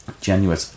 genuine